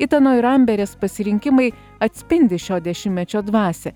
itano ir amberės pasirinkimai atspindi šio dešimtmečio dvasią